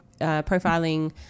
profiling